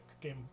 game